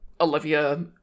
Olivia